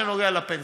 שנוגע לפנסיה.